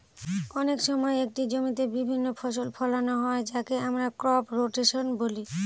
অনেক সময় একটি জমিতে বিভিন্ন ফসল ফোলানো হয় যাকে আমরা ক্রপ রোটেশন বলি